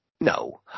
No